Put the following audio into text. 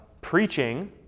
preaching